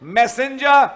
messenger